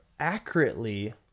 accurately